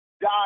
die